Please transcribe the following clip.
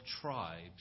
tribes